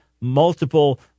multiple